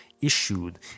issued